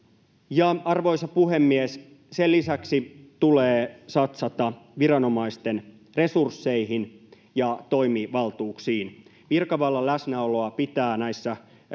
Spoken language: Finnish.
Arvoisa puhemies! Sen lisäksi tulee satsata viranomaisten resursseihin ja toimivaltuuksiin. Virkavallan läsnäoloa pitää näissä